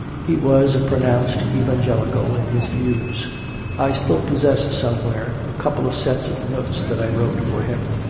he was a pro nounced evangelical in his views i still possess somewhere a couple of sets of notes that i wrote for him,